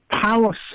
power